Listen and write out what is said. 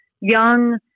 young